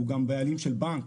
הוא גם בעלים של בנק,